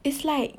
it's like